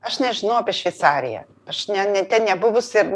aš nežinau apie šveicariją aš ne ne ten nebuvus ir